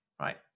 right